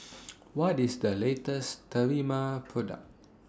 What IS The latest Sterimar Product